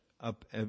up